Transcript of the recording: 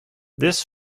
this